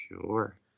sure